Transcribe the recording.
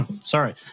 Sorry